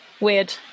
weird